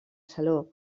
saló